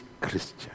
Christian